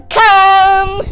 come